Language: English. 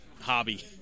Hobby